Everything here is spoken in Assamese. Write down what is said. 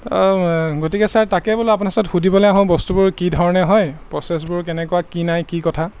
গতিকে ছাৰ তাকেই বোলো আপোনাৰ ওচৰত সুধিবলৈ আহোঁ বস্তুবোৰ কি ধৰণে হয় প্ৰচেছবোৰ কেনেকুৱা কি নাই কি কথা